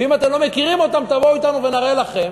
ואם אתם לא מכירים אותם תבואו אתנו ונראה לכם.